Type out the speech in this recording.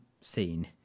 scene